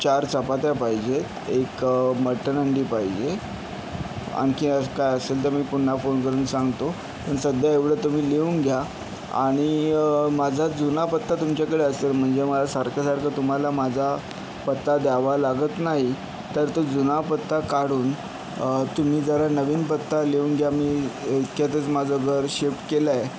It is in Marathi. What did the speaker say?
चार चपात्या पाहिजे आहेत एक मटन हंडी पाहिजे आणखी असं काय असेल तर मी पुन्हा फोन करून सांगतो पण सध्या एवढं तुम्ही लिहून घ्या आणि माझा जुना पत्ता तुमच्याकडे असेल म्हणजे मला सारखंसारखं तुम्हाला माझा पत्ता द्यावा लागत नाही तर तो जुना पत्ता काढून तुम्ही जरा नवीन पत्ता लिहून घ्या मी इत् इतक्यातच माझं घर शिफ्ट केलं आहे